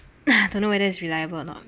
don't know whether is reliable or not